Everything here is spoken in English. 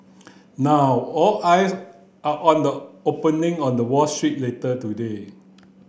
now all eyes are on the opening on the Wall Street later today